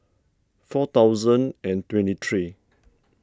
four thousand and twenty three